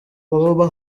baba